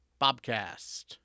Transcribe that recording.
Bobcast